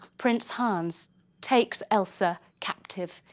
prince hans takes elsa captive,